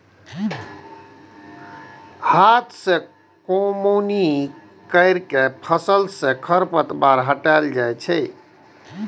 हाथ सं कमौनी कैर के फसल सं खरपतवार हटाएल जाए छै